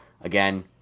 again